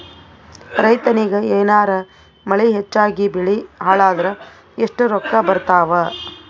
ರೈತನಿಗ ಏನಾರ ಮಳಿ ಹೆಚ್ಚಾಗಿಬೆಳಿ ಹಾಳಾದರ ಎಷ್ಟುರೊಕ್ಕಾ ಬರತ್ತಾವ?